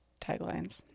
taglines